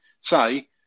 say